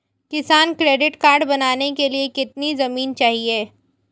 किसान credit card बनाने के लिए कितनी जमीन चाहिए?